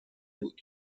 بود